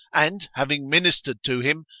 and, having minister'd to him,